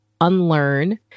unlearn